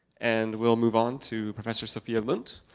and we'll move on to professor sophia lunt.